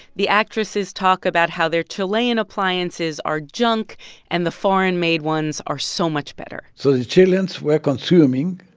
the actresses talk about how their chilean appliances are junk and the foreign-made ones are so much better so the chileans were consuming